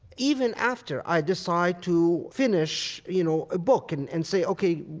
even after i decide to finish, you know, a book and and say, ok,